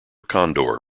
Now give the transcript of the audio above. condor